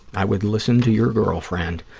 i would listen to your girlfriend.